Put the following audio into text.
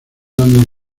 donde